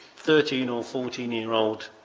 thirteen or fourteen year old